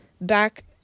back